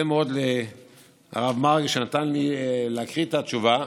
מאוד לרב מרגי שנתן לי להקריא את התשובה.